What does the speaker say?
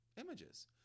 images